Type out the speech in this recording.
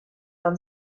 dans